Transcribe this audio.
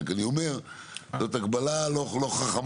רק אני אומר שזאת הגבלה לא חכמה.